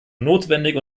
notwendig